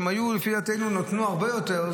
שלפי דעתנו נתנו הרבה יותר,